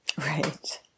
right